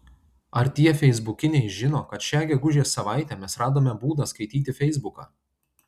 ar tie feisbukiniai žino kad šią gegužės savaitę mes radome būdą skaityti feisbuką